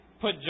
put